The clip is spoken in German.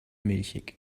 milchig